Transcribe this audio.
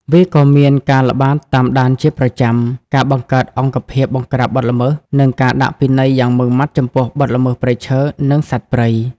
វាក៏មានការល្បាតតាមដានជាប្រចាំ ការបង្កើតអង្គភាពបង្ក្រាបបទល្មើស និងការដាក់ពិន័យយ៉ាងម៉ឺងម៉ាត់ចំពោះបទល្មើសព្រៃឈើ និងសត្វព្រៃ។